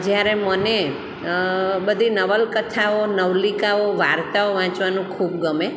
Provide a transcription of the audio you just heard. જ્યારે મને બધી નવલકથાઓ નવલિકાઓ વાર્તાઓ વાંચવાનું ખૂબ ગમે